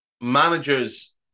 managers